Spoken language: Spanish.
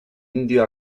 indio